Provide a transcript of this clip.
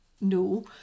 No